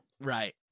Right